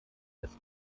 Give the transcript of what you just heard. des